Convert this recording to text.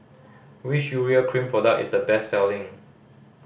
which Urea Cream product is the best selling